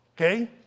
okay